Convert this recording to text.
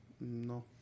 No